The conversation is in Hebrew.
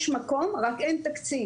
יש מקום, רק אין תקציב.